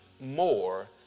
more